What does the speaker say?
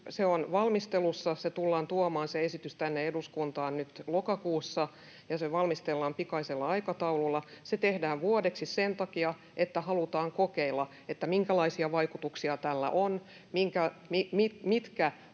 Se on valmistelussa, ja se esitys tullaan tuomaan tänne eduskuntaan nyt lokakuussa, ja se valmistellaan pikaisella aikataululla. Se tehdään vuodeksi sen takia, että halutaan kokeilla, minkälaisia vaikutuksia tällä on, mitkä